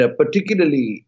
particularly